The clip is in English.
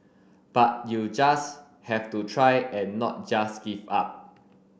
but you just have to try and not just give up